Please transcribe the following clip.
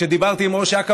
כשדיברתי עם ראש אכ"א,